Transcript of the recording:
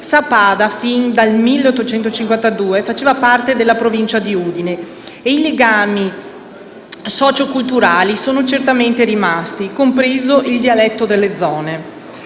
Sappada, fino al 1852, faceva parte della provincia di Udine e i legami socio-culturali sono certamente rimasti, compreso il dialetto delle zone.